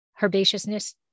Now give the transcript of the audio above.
herbaceousness